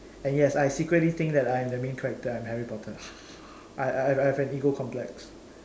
and yes I secretly think that I am the main character I am Harry-Potter I I have an ego complex